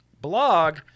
blog